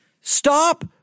Stop